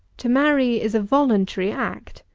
to marry is a voluntary act,